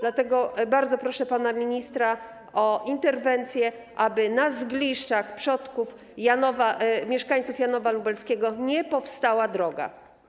Dlatego bardzo proszę pana ministra o interwencję, aby na zgliszczach przodków mieszkańców Janowa Lubelskiego nie powstała droga.